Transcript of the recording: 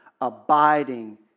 abiding